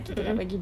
mm mm